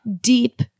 deep